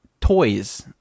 toys